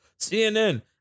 CNN